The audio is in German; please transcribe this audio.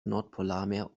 nordpolarmeer